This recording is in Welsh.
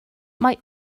mae